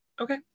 okay